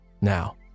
now